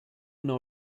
know